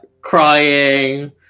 crying